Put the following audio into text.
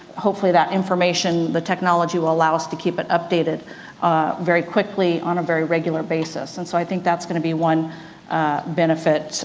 hopefully that information, the technology will allow us to keep it updated very quickly on a very regular basis. and so, i think that's going to be one benefit